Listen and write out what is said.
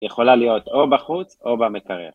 ‫יכולה להיות או בחוץ או במקרר.